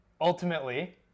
ultimately